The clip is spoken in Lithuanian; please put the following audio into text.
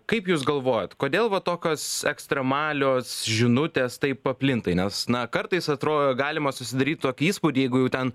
kaip jūs galvojat kodėl va tokios ekstremalios žinutės taip paplinta nes na kartais atrodo galima susidaryti tokį įspūdį jeigu jau ten